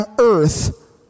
earth